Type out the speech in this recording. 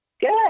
Good